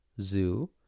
zoo